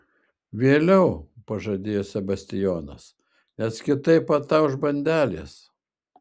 vėliau pažadėjo sebastijonas nes kitaip atauš bandelės